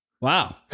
Wow